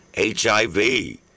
HIV